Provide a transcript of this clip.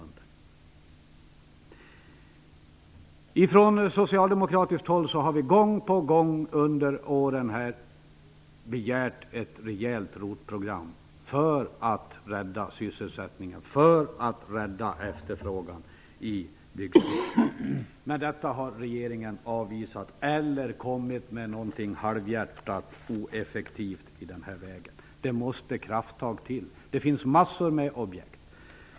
Vi socialdemokrater har gång på gång under årens lopp begärt ett rejält ROT-program för att rädda sysselsättningen och för att rädda efterfrågan inom byggsektorn. Men detta har regeringen avvisat, eller också har man kommit med något halvhjärtat och ineffektivt i den vägen. Krafttag måste till. Det finns ju en mängd objekt.